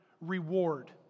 reward